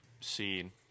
seen